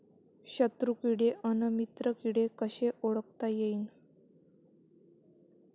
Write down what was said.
शत्रु किडे अन मित्र किडे कसे ओळखता येईन?